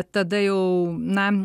tada jau na